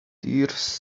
tears